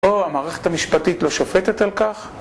או המערכת המשפטית לא שופטת על כך?